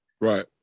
Right